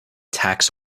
tax